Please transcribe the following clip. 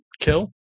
kill